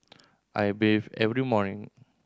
I bathe every morning